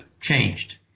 changed